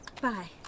Bye